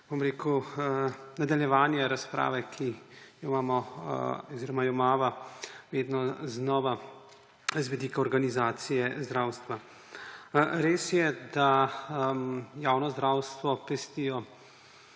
in seveda za nadaljevanje razprave, ki jo imamo oziroma jo imava vedno znova z vidika organizacije zdravstva. Res je, da javno zdravstvo pestijo